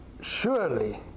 surely